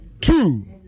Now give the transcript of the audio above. two